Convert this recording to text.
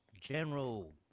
General